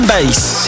Base